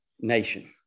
nation